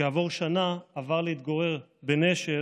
וכעבור שנה עבר להתגורר בנשר,